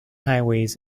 highways